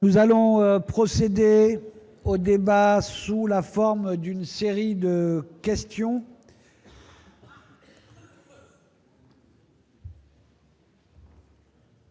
Nous allons procéder au débat sous la forme d'une série de questions-réponses